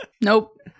Nope